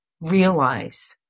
realize